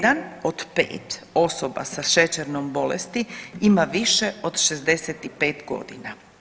1 od 5 osoba sa šećernom bolesti ima više od 65 godina.